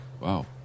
Wow